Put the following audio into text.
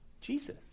Jesus